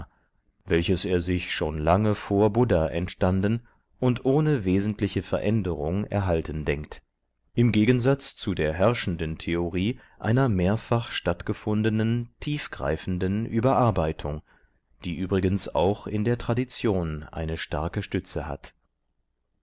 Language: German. welches er sich schon lange vor buddha entstanden und ohne wesentliche veränderung erhalten denkt im gegensatz zu der herrschenden theorie einer mehrfach stattgefundenen tiefgreifenden überarbeitung die übrigens auch in der tradition eine starke stütze hat